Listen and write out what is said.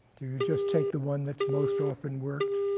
do you just take the one that's most often worked?